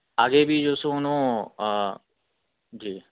آگے بھی جو سو انھو جی